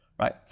right